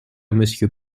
monsieur